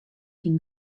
syn